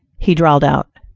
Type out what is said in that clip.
he drawled out.